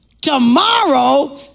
Tomorrow